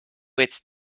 its